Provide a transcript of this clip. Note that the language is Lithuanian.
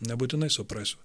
nebūtinai suprasiu